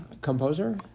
composer